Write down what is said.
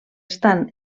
estan